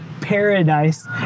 paradise